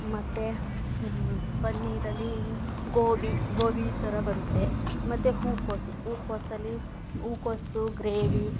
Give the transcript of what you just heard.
ಮತ್ತೆ ಪನ್ನೀರಲ್ಲಿ ಗೋಬಿ ಗೋಬಿ ಈ ಥರ ಬರುತ್ತೆ ಮತ್ತೆ ಹೂಕೋಸು ಹೂಕೋಸಲ್ಲಿ ಹೂಕೋಸ್ದು ಗ್ರೇವಿ